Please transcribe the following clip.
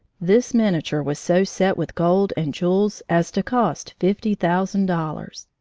this miniature was so set with gold and jewels as to cost fifty thousand dollars!